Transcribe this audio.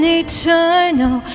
eternal